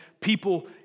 people